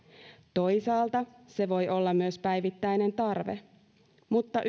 toisaalta se voi olla myös päivittäinen tarve mutta